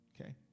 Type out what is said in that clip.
Okay